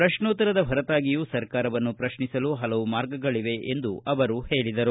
ಪ್ರಶ್ನೋತ್ತರದ ಹೊರತಾಗಿಯೂ ಸರ್ಕಾರವನ್ನು ಪ್ರಶ್ನಿಸಲು ಹಲವು ಮಾರ್ಗಗಳವೆ ಎಂದು ಅವರು ಹೇಳಿದರು